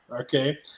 okay